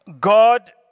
God